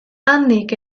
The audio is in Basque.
handik